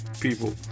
people